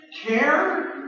Care